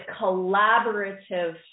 collaborative